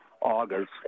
August